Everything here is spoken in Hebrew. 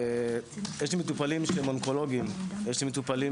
יש לי מטופלים אונקולוגיים, יש לי מטופלים